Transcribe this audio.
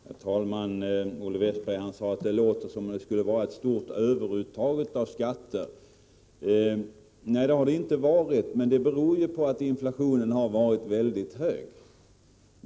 Herr talman! Olle Westberg sade att det låter som om det skulle vara ett stort överuttag av skatter. Nej, det har det inte varit, men det beror på att inflationen har varit mycket hög.